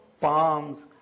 palms